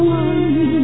one